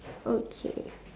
okay